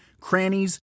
crannies